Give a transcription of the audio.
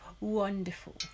wonderful